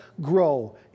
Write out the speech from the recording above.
grow